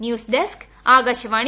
news desk Akashvani